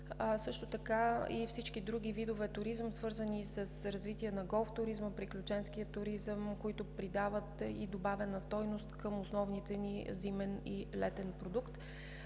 Също така и всички други видове туризъм, свързани с развитие на голф туризма, приключенския туризъм, които придават и добавена стойност към основните ни зимен и летен продукт.